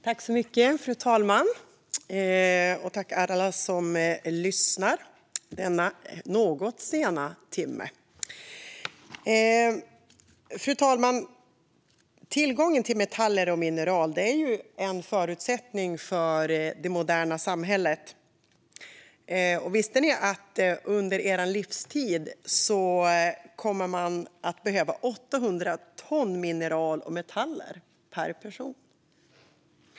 Fru talman! Tack alla som lyssnar denna något sena timme! Tillgången till metaller och mineral är en förutsättning för det moderna samhället. Visste ni att det under er livstid kommer att behövas 800 ton mineral och metaller per person?